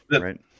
right